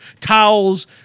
towels